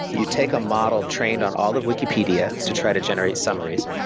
you take a model trained on all of wikipedia to try to generate summaries.